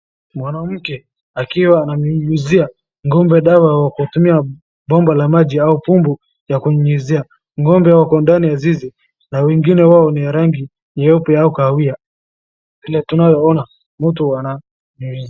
Mwanamke akiwa ananyunyizia ng'ombe dawa kwa kutumia bomba la maji au pundu ya kunyunyizia.ng'ombe wako ndani ya zizi na wengine wao ni wa rangi ya nyeupe au kahawia. Vile tunaona mtu ananyunyizia.